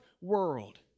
world